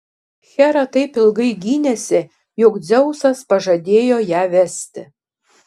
hera taip ilgai gynėsi jog dzeusas pažadėjo ją vesti